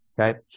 Okay